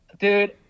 Dude